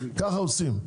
ככה עושים.